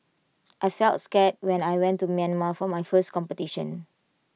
I felt scared when I went to Myanmar for my first competition